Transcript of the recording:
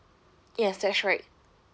yes that's right